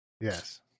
Yes